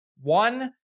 one